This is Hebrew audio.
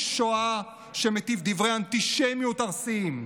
שואה שמטיף דברי אנטישמיות ארסיים,